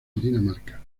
dinamarca